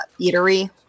eatery